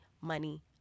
money